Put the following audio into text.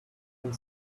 and